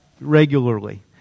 regularly